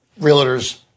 realtors